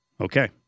okay